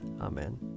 Amen